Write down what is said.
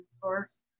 source